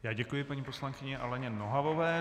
Já děkuji paní poslankyni Aleně Nohavové.